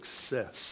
success